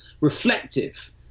reflective